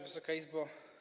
Wysoka Izbo!